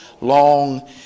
long